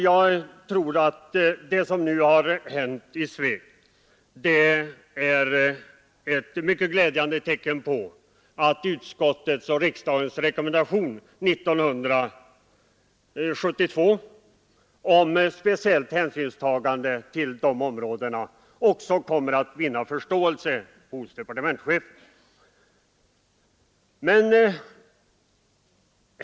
Jag tror att det som nu hänt i fråga om Sveg är ett mycket glädjande tecken på att utskottets och riksdagens rekommendation år 1972 om speciellt hänsynstagande till dessa områden också kommer att vinna förståelse hos departementschefen.